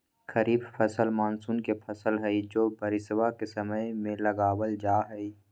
खरीफ फसल मॉनसून के फसल हई जो बारिशवा के समय में लगावल जाहई